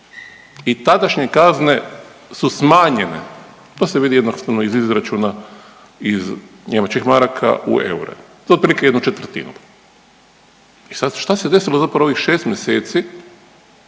i tadašnje kazne su smanjene. To se vidi jednostavno iz izračuna iz njemačkih maraka u eure za otprilike 1/4. I sad šta se desilo zapravo ovih 6 mjeseci